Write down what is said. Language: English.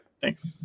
Thanks